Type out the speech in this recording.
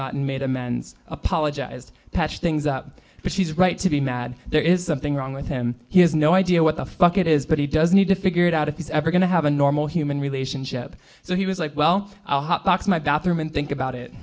lot and made amends apologized patch things up but she's right to be mad there is something wrong with him he has no idea what the fuck it is but he does need to figure it out if he's ever going to have a normal human relationship so he was like well i'll hot box my bathroom and think about it